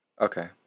Okay